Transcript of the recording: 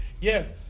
Yes